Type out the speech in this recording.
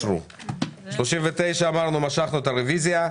אמרו שיעדכנו אותנו,